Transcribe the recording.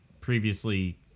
previously